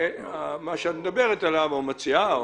מה שאת מדברת עליו, מציעה,